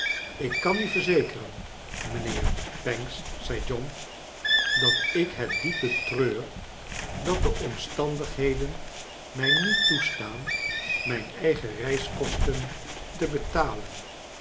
ik kan u veizekeren mijnheer paneks zei john dat ik het diep betreur dat de omstandigheden mij niet toestaan rnijn eigen reiskosten te betalen